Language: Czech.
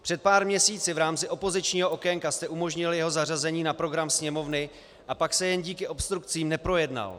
Před pár měsíci v rámci opozičního okénka jste umožnili jeho zařazení na program Sněmovny a pak se jen díky obstrukcím neprojednal.